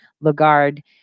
Lagarde